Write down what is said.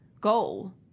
goal